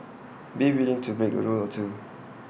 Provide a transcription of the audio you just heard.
be willing to break A rule or two